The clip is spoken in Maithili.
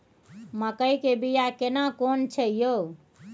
मकई के बिया केना कोन छै यो?